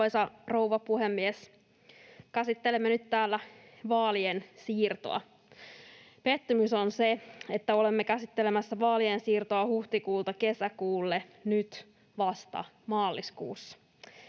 Arvoisa rouva puhemies! Käsittelemme nyt täällä vaalien siirtoa. Pettymys on se, että olemme käsittelemässä vaalien siirtoa huhtikuulta kesäkuulle vasta nyt maaliskuussa.